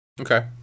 Okay